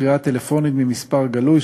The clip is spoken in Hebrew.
קריאה טלפונית ממספר גלוי),